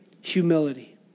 humility